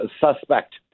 suspect